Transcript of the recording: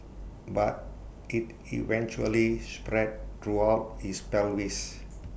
but IT eventually spread throughout his pelvis